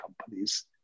companies